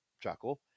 chuckle